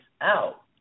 out